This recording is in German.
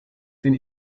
den